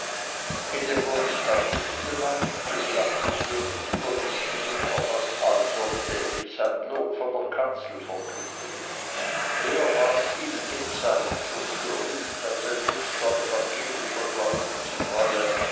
in den protestantischen gemeinden des landes hörten überdies die bündner fast allsonntäglich sein lob von der kanzel verkündigen er ward ihnen gezeigt und gerühmt als ein muster evangelischer